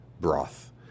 broth